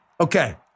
Okay